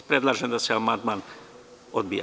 Predlažem da se amandman odbije.